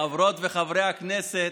חברות וחברי הכנסת,